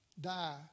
die